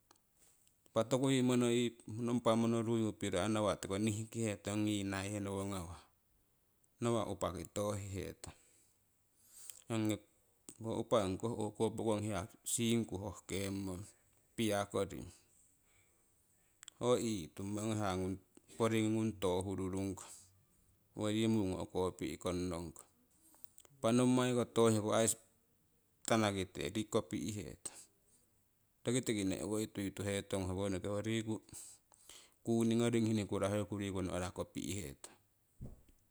Impah toku yii monoyi nompa monoruyu piro ai nawa tiko nihkihetong ongi niahenowo ngawah, nawa' upaki tohihetong. Ho upah ongikoh o'ko pokong hiya siingku hohkeengmong piakoring, ho ee'tungmo ong hiya ngung poringi ngung tohururongkong, owo yii mungonoru uukorupi' kong nong kong. Impah nommai ko toohiku aii tanakite kopi' hetong roki tiki ne'woi tuhetong ho riku kunni ngoring hiini kuraheuku riku no'ra kopi' hetong.